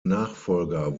nachfolger